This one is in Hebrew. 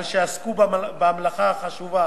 על שעסקו במלאכה החשובה